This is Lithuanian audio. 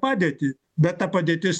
padėtį bet ta padėtis